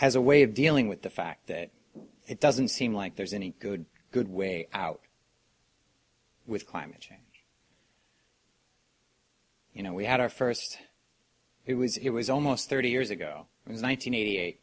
as a way of dealing with the fact that it doesn't seem like there's any good good way out with climate change you know we had our first it was it was almost thirty years ago it was one nine hundred eighty eight